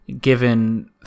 given